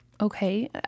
okay